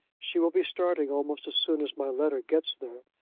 she will be starting almost as soon as my letter gets there,